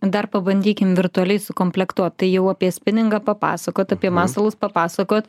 dar pabandykim virtualiai sukomplektuot tai jau apie spiningą papasakot apie masalus papasakojot